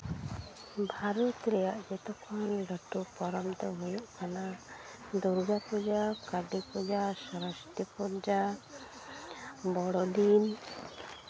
ᱵᱷᱟᱨᱚᱛ ᱨᱮᱭᱟᱜ ᱡᱚᱛᱚᱠᱷᱚᱱ ᱞᱟᱹᱴᱩ ᱯᱚᱨᱚᱵᱽ ᱫᱚ ᱦᱩᱭᱩᱜ ᱠᱟᱱᱟ ᱫᱩᱨᱜᱟᱯᱩᱡᱟ ᱠᱟᱹᱞᱤ ᱯᱩᱡᱟ ᱥᱚᱨᱚᱥᱚᱛᱤ ᱯᱩᱡᱟ ᱵᱚᱲᱚᱫᱤᱱ